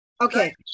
Okay